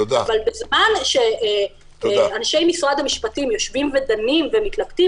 אבל בזמן שאנשי משרד המשפטים יושבים ודנים ודנים ומתלבטים